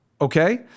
Okay